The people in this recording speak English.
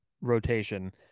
rotation